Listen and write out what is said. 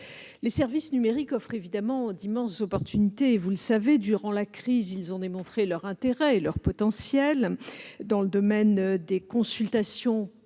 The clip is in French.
Les services numériques offrent évidemment d'immenses opportunités, vous le savez. Durant la crise, ils ont démontré leur intérêt et leur potentiel dans le domaine des consultations